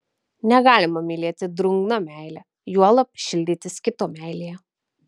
negalima mylėti drungna meile juolab šildytis kito meilėje